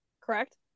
correct